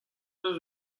eus